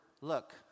look